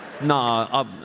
nah